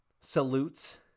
salutes